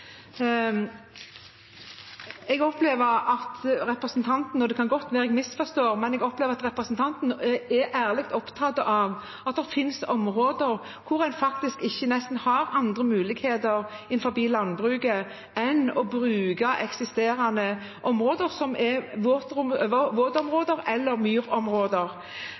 Det kan godt være jeg misforstår, men jeg opplever at representanten er ærlig opptatt av at det finnes områder hvor en faktisk nesten ikke har andre muligheter innenfor landbruket enn å bruke eksisterende områder som er våtområder eller myrområder.